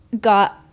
got